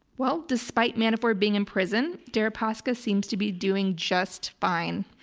well, despite manafort being in prison, deripaska seems to be doing just fine.